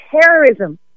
terrorism